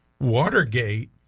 Watergate